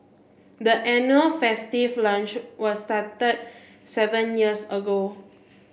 the annual festive lunch was started seven years ago